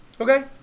Okay